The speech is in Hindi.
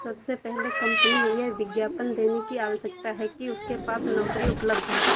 सबसे पहले कम्पनी यह विज्ञापन देने की आवश्यकता है कि उसके पास नौकरी उपलब्ध है